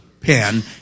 pen